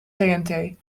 tnt